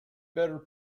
better